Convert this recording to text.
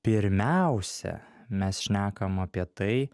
pirmiausia mes šnekam apie tai